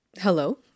Hello